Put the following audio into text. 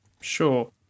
Sure